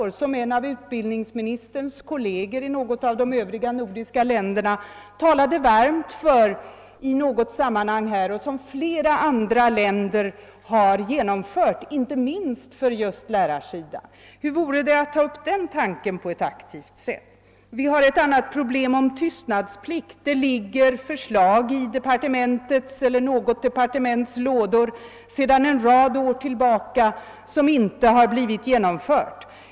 Det förslaget har en av utbildningsministerns kolleger i ett grannland talat varmt för i något sammanhang, och flera andra länder har genomfört det, inte minst för lärarna. Hur vore det att ta upp den tanken på aktivt sätt? Vi har också frågan om tystnadsplikt. Sedan en rad år ligger det i något departements lådor förslag i det stycket som inte har blivit genomförda.